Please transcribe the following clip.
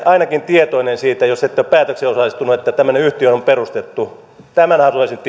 ainakin tietoinen siitä jos ette ole päätökseen osallistunut että tämmöinen yhtiö on perustettu tämän